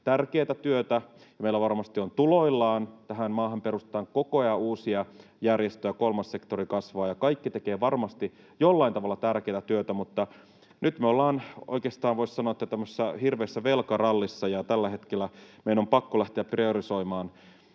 tärkeätä työtä, ja meillä varmasti on tuloillaan, tähän maahan perustetaan koko ajan uusia järjestöjä, kolmas sektori kasvaa, ja kaikki tekevät varmasti jollain tavalla tärkeätä työtä, mutta nyt me olemme oikeastaan, voisi sanoa, tämmöisessä hirveässä velkarallissa, ja tällä hetkellä meidän on pakko lähteä priorisoimaan,